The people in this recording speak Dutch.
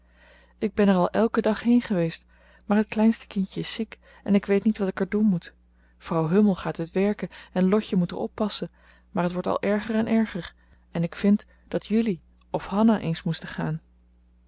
ik ben er al elken dag heen geweest maar het kleinste kindje is ziek en ik weet niet wat ik er doen moet vrouw hummel gaat uit werken en lotje moet er op passen maar het wordt al erger en erger en ik vind dat jullie of hanna eens moesten gaan